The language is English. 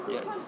Yes